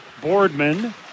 Boardman